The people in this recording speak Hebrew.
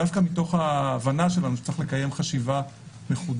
דווקא מתוך ההבנה שלנו שצריך לקיים חשיבה מחודשת,